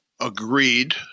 agreed